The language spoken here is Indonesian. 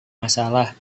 masalah